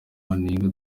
banenga